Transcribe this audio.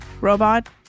Robot